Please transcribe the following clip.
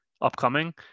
upcoming